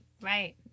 Right